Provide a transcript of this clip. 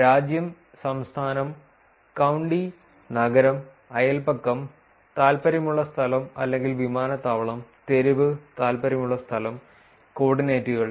രാജ്യം സംസ്ഥാനം കൌണ്ടി നഗരം അയൽപക്കം താൽപ്പര്യമുള്ള സ്ഥലം അല്ലെങ്കിൽ വിമാനത്താവളം തെരുവ് താൽപ്പര്യമുള്ള സ്ഥലം കോർഡിനേറ്റുകൾ